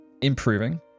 improving